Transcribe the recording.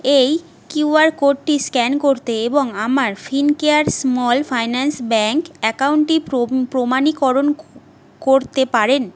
এই কিউআর কোডটি স্ক্যান করতে এবং আমার ফিনকেয়ার স্মল ফাইন্যান্স ব্যাংক অ্যাকাউন্টটি প্রমাণীকরণ করতে পারেন